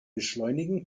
beschleunigen